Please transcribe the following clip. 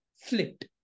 flipped